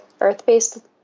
earth-based